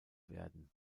werden